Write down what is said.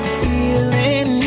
feeling